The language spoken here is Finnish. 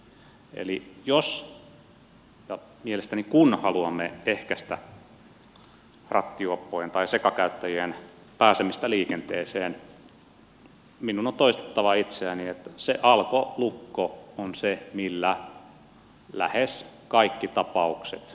eli jos ja mielestäni kun haluamme ehkäistä rattijuoppojen tai sekakäyttäjien pääsemistä liikenteeseen minun on toistettava itseäni se alkolukko on se millä lähes kaikki tapaukset pystymme estämään